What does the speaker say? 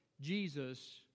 Jesus